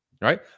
right